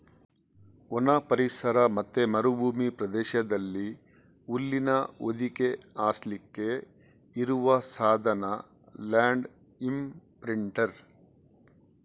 ಒಣ ಪರಿಸರ ಮತ್ತೆ ಮರುಭೂಮಿ ಪ್ರದೇಶದಲ್ಲಿ ಹುಲ್ಲಿನ ಹೊದಿಕೆ ಹಾಸ್ಲಿಕ್ಕೆ ಇರುವ ಸಾಧನ ಲ್ಯಾಂಡ್ ಇಂಪ್ರಿಂಟರ್